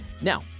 Now